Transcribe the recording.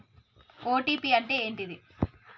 OTP అంటే ఏంటిది?